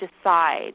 decide